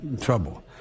trouble